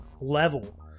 level